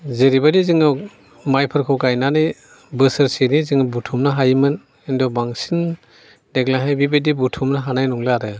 जेरैबायदि जोंनाव माइफोरखौ गायनानै बोसोरसेनि जों बुथुमनो हायोमोन खिन्थु बांसिन देग्लायहाय बेबादि बुथुमनो हानाय नंला आरो